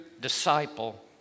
disciple